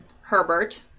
Herbert